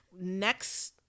next